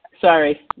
sorry